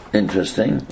interesting